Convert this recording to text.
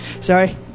Sorry